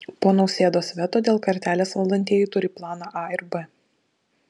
po nausėdos veto dėl kartelės valdantieji turi planą a ir b